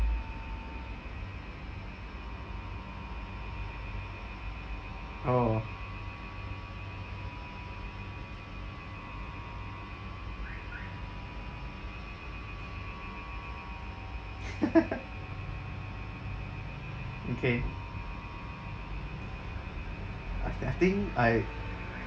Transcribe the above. oh okay I th~ I think I